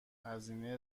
هزینه